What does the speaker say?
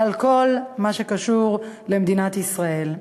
על כל מה שקשור למדינת ישראל.